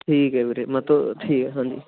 ਠੀਕ ਹੈ ਵੀਰੇ ਮਤਲਬ ਠੀਕ ਹੈ ਹਾਂਜੀ